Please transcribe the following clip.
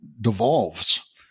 Devolves